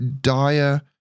dire